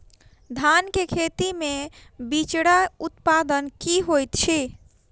धान केँ खेती मे बिचरा उत्पादन की होइत छी?